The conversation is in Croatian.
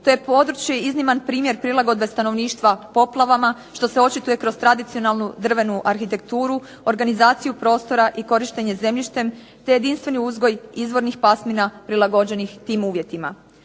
To je područje izniman primjer prilagodbe stanovništva poplavama što se očituje kroz tradicionalnu drvenu arhitekturu, organizaciju prostora i korištenje zemljištem te jedinstveni uzgoj izvornih pasmina prilagođenih tim uvjetima.